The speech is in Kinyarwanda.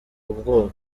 ubwoba